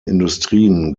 industrien